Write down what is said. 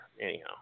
Anyhow